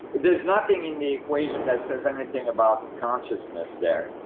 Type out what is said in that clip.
it does nothing in the equation that says anything about consciousness there.